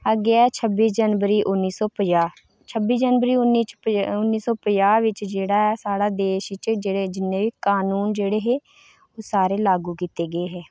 अग्गें छब्बी जनवरी उन्नी सौ पंजाह् छब्बी जनवरी उन्नी सौ पंजाह् बिच जेह्ड़ा ऐ साढ़ा देश इच जि'नें बी कानून जेह्ड़े हे ओह् सारे लागू कीते गे